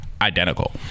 identical